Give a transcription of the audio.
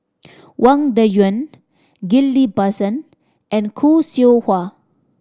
Wang Dayuan Ghillie Basan and Khoo Seow Hwa